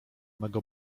mego